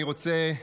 אני רוצה,